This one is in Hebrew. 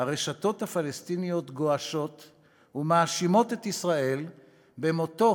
הרשתות הפלסטיניות גועשות ומאשימות את ישראל במותו